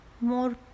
more